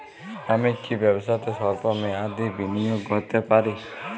আমি কি ব্যবসাতে স্বল্প মেয়াদি বিনিয়োগ করতে পারি?